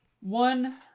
One